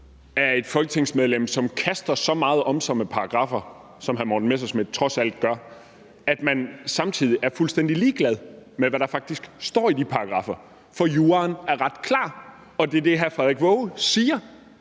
at et folketingsmedlem, som kaster så meget om sig med paragraffer, som hr. Morten Messerschmidt trods alt gør, samtidig er fuldstændig ligeglad med, hvad der faktisk står i de paragraffer. For juraen er ret klar, og det er det, Frederik Waage siger,